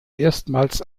erstmals